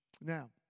Now